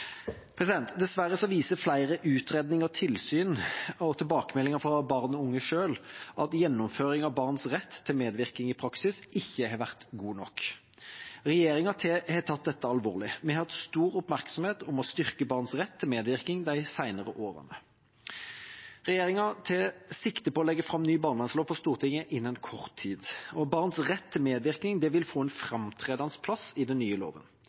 viser flere utredninger og tilsyn og tilbakemeldinger fra barn og unge selv at gjennomføring av barns rett til medvirkning i praksis ikke har vært god nok. Regjeringa har tatt dette alvorlig. Vi har hatt stor oppmerksomhet om å styrke barns rett til medvirkning de senere årene. Regjeringa tar sikte på å legge fram ny barnevernslov for Stortinget innen kort tid, og barns rett til medvirkning vil få en framtredende plass i den nye loven.